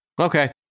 Okay